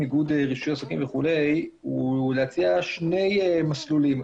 איגוד רישוי עסקים הוא להציע שני מסלולים.